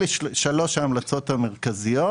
אלה שלוש ההמלצות המרכזיות,